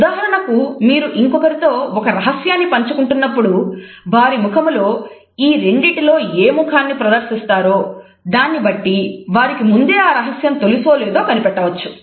ఉదాహరణకు మీరు ఇంకొకరితో ఒక రహస్యాన్ని పంచుకుంటున్నప్పుడు వారి ముఖములో ఈ రెండింటిలో ఏ ముఖాన్ని ప్రదర్శిస్తారో దాన్ని బట్టి వారికి ముందే ఆ రహస్యం తెలుసో లేదో కనిపెట్టవచ్చు